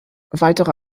weitere